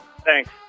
Thanks